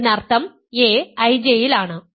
അതിനർത്ഥം a IJ യിൽ ആണ്